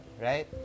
right